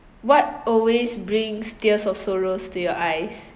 what always brings tears of sorrows to your eyes